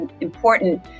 important